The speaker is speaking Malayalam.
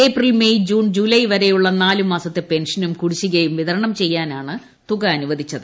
ഏപ്രിൽ മെയ് ജൂൺ ജൂലൈ വരെയുള്ള നാലുമാസത്തെ പെൻഷനും കുടുശ്ശികയും വിതരണം ചെയ്യാനാണ് തുക അനുവദിച്ചത്